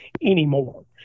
anymore